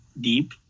deep